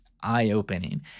eye-opening